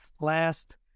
last